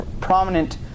prominent